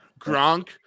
Gronk